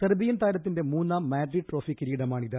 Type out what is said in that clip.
Serbian താരത്തിന്റെ മൂന്നാം Madrid trophy കിരീടമാണിത്